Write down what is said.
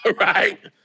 Right